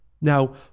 Now